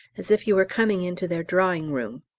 as if you were coming into their drawing-room.